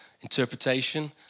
Interpretation